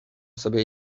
sobie